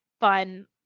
fun